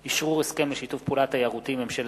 בדבר ניהול משאבי מים,